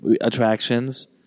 attractions